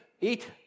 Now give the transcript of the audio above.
eat